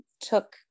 took